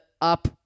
up